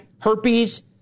herpes